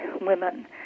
women